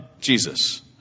Jesus